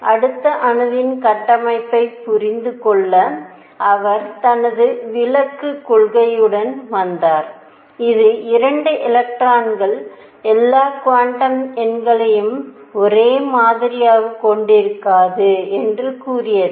அடுத்து அணுவின் கட்டமைப்பைப் புரிந்து கொள்ள அவர் தனது விலக்கு கொள்கையுடன் வந்தார் இது 2 எலக்ட்ரான்கள் எல்லா குவாண்டம் எண்களையும் ஒரே மாதிரியாகக் கொண்டிருக்காது என்று கூறியது